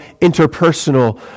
interpersonal